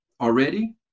already